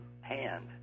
hand